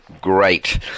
Great